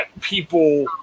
people